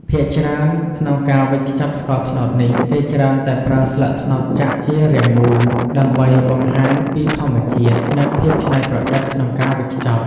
ភាគច្រើន ក្នុងការវេចខ្ចប់ស្ករត្នោតនេះ គេច្រើនតែប្រើស្លឹកត្នោតចាក់ជារាងមូល ដើម្បីបង្ហាញពីធម្មជាតិ និងភាពច្នៃប្រឌិតក្នុងការវេចខ្ចប់។